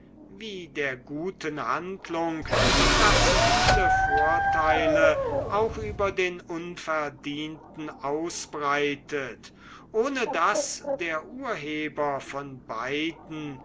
wie der guten handlung daß sie viele vorteile auch über den unverdienten ausbreitet ohne daß der urheber von beiden